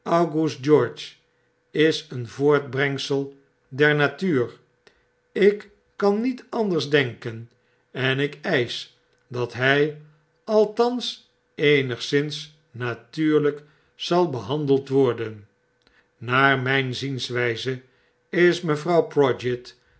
august george is een voortbrengsel der natuur ik kan niet anders denken en ik eisch dat hy althans eenigszins natuurlyk zal behandeld worden naar myn zienswyze is mevrouw prodgit